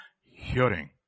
hearing